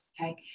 Okay